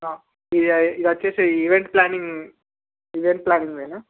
ఈ ఇదొచ్చేసి event planning event ప్ల్యానింగేనా